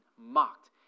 mocked